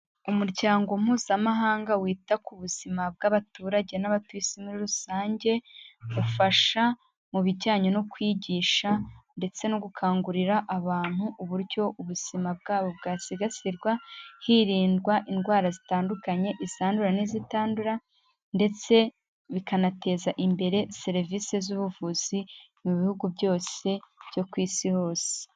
Umuryango mpuzamahanga wita ku buzima bw'abaturage n'abatuye isi muri rusange, ufasha mu bijyanye no kwigisha ndetse no gukangurira abantu uburyo ubuzima bwabo bwasigasirwa, hirindwa indwara zitandukanye, izandura n'izitandura ndetse bikanateza imbere serivisi z'ubuvuzi mu bihugu byose byo ku isi hose.